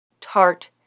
tart